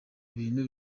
ibintu